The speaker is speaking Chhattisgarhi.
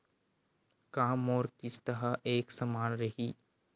का मोर किस्त ह एक समान रही?